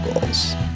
goals